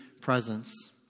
presence